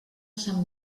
sant